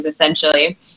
essentially